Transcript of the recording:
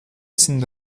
sind